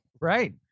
right